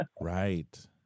Right